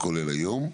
כולל היום.